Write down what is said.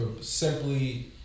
Simply